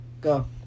Go